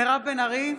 מירב בן ארי,